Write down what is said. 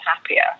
happier